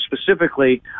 specifically